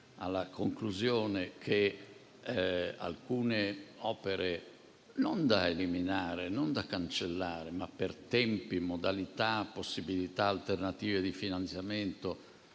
alla conclusione che alcune opere non sono da eliminare o cancellare, ma per tempi, modalità e possibilità alternative di finanziamento